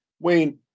Wayne